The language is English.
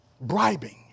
Bribing